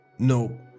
no